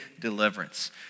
deliverance